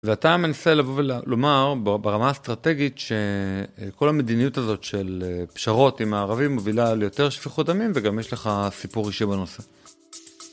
ואתה מנסה לבוא ולומר ברמה האסטרטגית שכל המדיניות הזאת של פשרות עם הערבים מובילה ליותר שפיכות דמים וגם יש לך סיפור אישי בנושא.